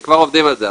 כבר עובדים על זה,